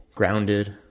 grounded